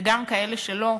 וגם כאלה שלא,